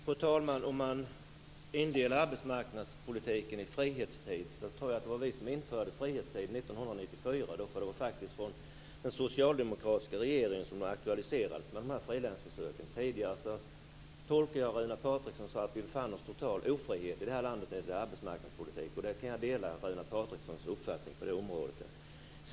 Fru talman! Om man indelar arbetsmarknadspolitiken i frihetstid, tror jag att det var vi som införde frihetstid 1994. Det var den socialdemokratiska regeringen som då aktualiserade försöken med frilän. Jag tolkar Runar Patriksson så att vi tidigare befann oss i total ofrihet i det här landet när det gäller arbetsmarknadspolitik. Jag delar den uppfattningen.